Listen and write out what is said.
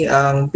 ang